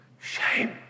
shame